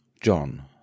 John